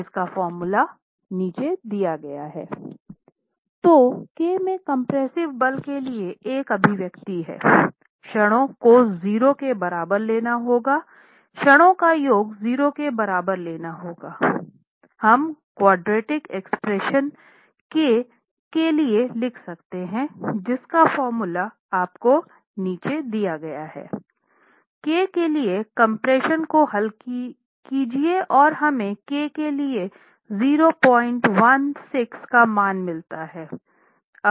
तो k में compressive बल के लिए एक अभिव्यक्ति है क्षणों को 0 के बराबर लेना होगा क्षणों का योग 0 के बराबर लेना होगा हम क्वाड्रटिक एक्सप्रेशन k में लिख सकते हैं K के लिए एक्सप्रेशन को हल कीजिए और हमें k के लिए 016 का मान मिलता है